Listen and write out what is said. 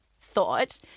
thought